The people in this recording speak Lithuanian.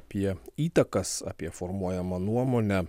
apie įtakas apie formuojamą nuomonę